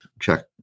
check